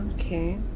Okay